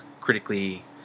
critically